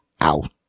out